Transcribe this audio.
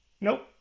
Nope